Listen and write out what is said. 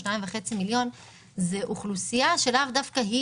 2.5 מיליון זה אוכלוסייה שלאו דווקא היא